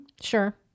Sure